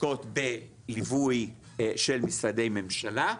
עוסקות בליווי של משרד ממשלה,